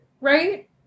right